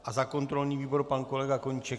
A za kontrolní výbor pan kolega Koníček?